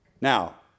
Now